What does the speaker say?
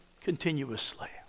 continuously